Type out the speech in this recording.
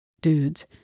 dudes